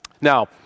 Now